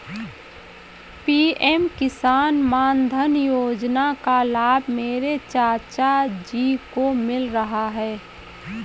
PM Kisan Maandhan Yojana का लाभ मेरे चाचा जी को मिल रहा है